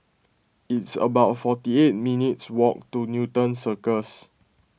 it's about forty eight minutes' walk to Newton Circus